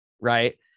right